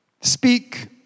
speak